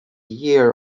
year